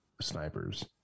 snipers